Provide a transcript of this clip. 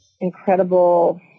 incredible